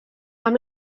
amb